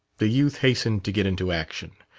the youth hastened to get into action.